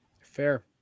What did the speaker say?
Fair